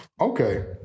Okay